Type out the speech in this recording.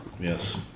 Yes